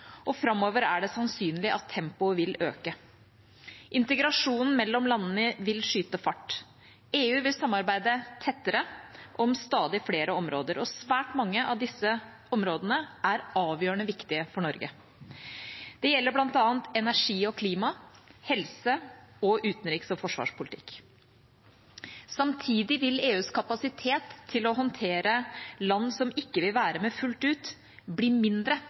og framover er det sannsynlig at tempoet vil øke. Integrasjonen mellom landene vil skyte fart. EU vil samarbeide tettere om stadig flere områder, og svært mange av disse områdene er avgjørende viktige for Norge. Det gjelder bl.a. energi og klima, helse og utenriks- og forsvarspolitikk. Samtidig vil EUs kapasitet til å håndtere land som ikke vil være med fullt ut, bli mindre,